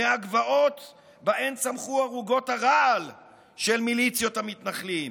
מהגבעות שבהן צמחו ערוגות הרעל של מיליציות המתנחלים.